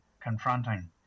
confronting